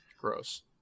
Gross